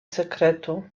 sekretu